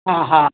हा हा